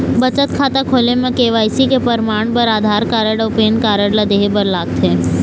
बचत खाता खोले म के.वाइ.सी के परमाण बर आधार कार्ड अउ पैन कार्ड ला देहे बर लागथे